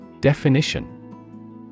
Definition